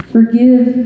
Forgive